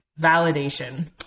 validation